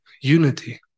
unity